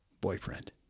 boyfriend